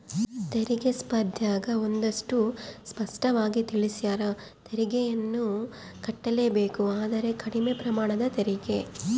ತೆರಿಗೆ ಸ್ಪರ್ದ್ಯಗ ಒಂದಷ್ಟು ಸ್ಪಷ್ಟವಾಗಿ ತಿಳಿಸ್ಯಾರ, ತೆರಿಗೆಯನ್ನು ಕಟ್ಟಲೇಬೇಕು ಆದರೆ ಕಡಿಮೆ ಪ್ರಮಾಣದ ತೆರಿಗೆ